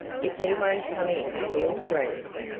if he won't come in he'll freeze.